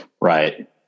Right